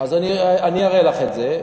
אז אני אראה לך את זה.